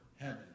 heaven